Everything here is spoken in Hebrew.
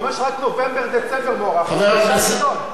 זה אומר שרק נובמבר-דצמבר מוארך, זה 3 מיליון.